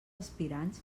aspirants